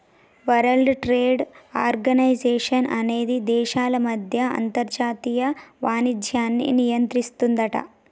world trade organisation అనేది దేశాల మధ్య అంతర్జాతీయ వాణిజ్యాన్ని నియంత్రిస్తుందట